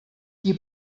qui